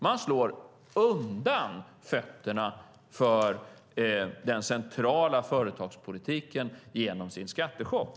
Man slår undan fötterna för den centrala företagspolitiken genom sin skattechock.